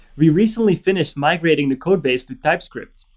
we recently finished migrating the code base to typescript.